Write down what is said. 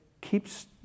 keeps